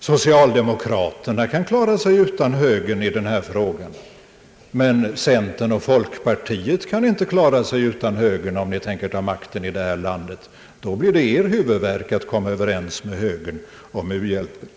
Socialdemokraterna kan klara sig utan högern i denna fråga, men centern och folkpartiet kan inte klara sig utan högern. Om ni tänker ta makten i det här landet, då blir det er huvudvärk att komma överens med högern om u-hjälpen.